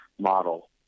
model